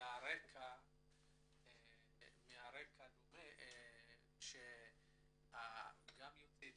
דומות מרקע דומה גם אצל יוצאי אתיופיה,